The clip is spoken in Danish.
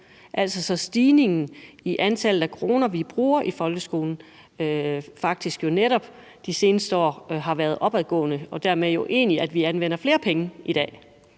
få år siden, sådan at antallet af kroner, vi bruger i folkeskolen, faktisk jo netop de seneste år har været opadgående, og at vi jo dermed egentlig anvender flere penge i dag?